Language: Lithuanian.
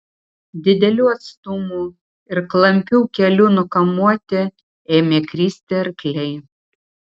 didelių atstumų ir klampių kelių nukamuoti ėmė kristi arkliai